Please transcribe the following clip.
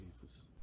Jesus